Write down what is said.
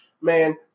man